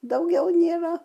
daugiau nėra